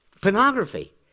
Pornography